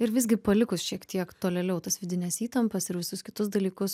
ir visgi palikus šiek tiek tolėliau tas vidines įtampas ir visus kitus dalykus